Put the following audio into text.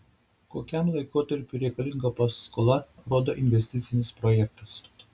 kokiam laikotarpiui reikalinga paskola rodo investicinis projektas